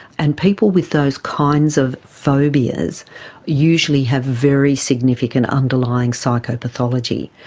and people with those kinds of phobias usually have very significant underlying psychopathology.